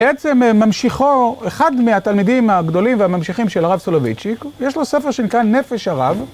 בעצם ממשיכו, אחד מהתלמידים הגדולים והממשיכים של הרב סולוביצ'יק, יש לו ספר שנקרא נפש הרב.